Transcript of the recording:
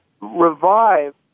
revive